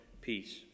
peace